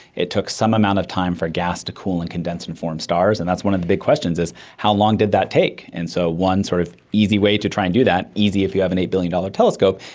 it took some amount of time for gas to cool and condense and form stars, and that's one of the big questions, is how long did that take? and so one sort of easy way to try and do that, easy if you have an eight billion dollars telescope,